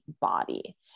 body